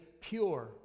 pure